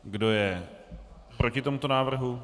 Kdo je proti tomuto návrhu?